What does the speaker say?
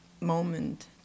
moment